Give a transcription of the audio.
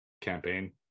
campaign